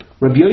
Rabbi